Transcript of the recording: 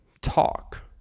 talk